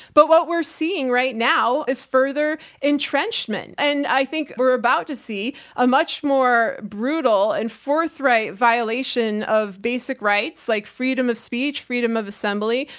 but what we're seeing right now is further entrenchment and i think we're about to see a much more brutal and forthright violation of basic rights like freedom of speech, freedom of assembly,